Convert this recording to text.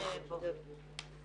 אני אוציא אותך.